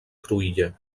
cruïlla